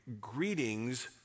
Greetings